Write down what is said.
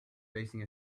facing